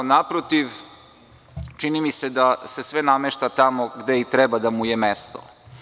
Naprotiv, čini mi se da se sve namešta tamo gde i treba da mu je mesto.